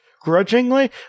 grudgingly